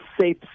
safe